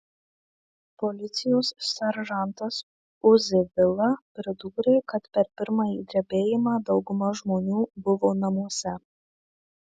policijos seržantas uzi vila pridūrė kad per pirmąjį drebėjimą dauguma žmonių buvo namuose